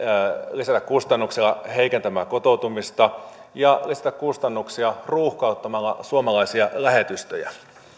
lisätä kustannuksia heikentämällä kotoutumista ja lisätä kustannuksia ruuhkauttamalla suomalaisia lähetystöjä